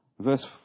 Verse